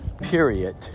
period